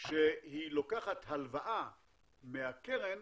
שהיא לוקחת הלוואה מהקרן,